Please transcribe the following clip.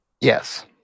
Yes